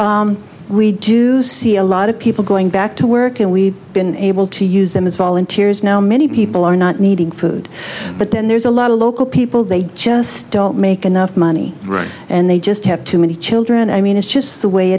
we do see a lot of people going back to work and we've been able to use them as volunteers now many people are not needing food but then there's a lot of local people they just don't make enough money and they just have too many children i mean it's just the way